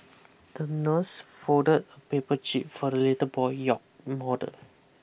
the nurse folded a paper jib for the little boy yacht model